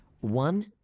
one